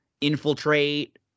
infiltrate